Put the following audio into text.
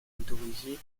motorisé